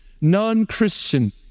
Non-Christian